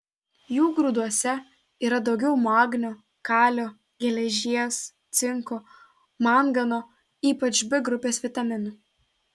jų grūduose yra daugiau magnio kalio geležies cinko mangano ypač b grupės vitaminų